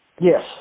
Yes